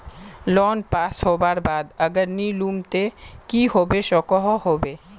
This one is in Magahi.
लोन पास होबार बाद अगर नी लुम ते की होबे सकोहो होबे?